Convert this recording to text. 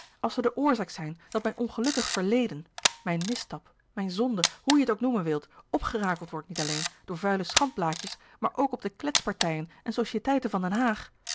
als ze de oorzaak zijn dat mijn ongelukkig verleden mijn misstap mijn zonde hoe je het ook noemen wilt opgerakeld wordt niet alleen door vuile schandblaadjes maar ook op de kletspartijen en societeiten van den haag